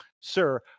sir